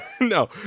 no